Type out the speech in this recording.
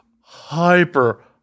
hyper